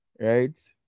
right